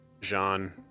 Jean